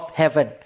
heaven